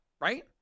right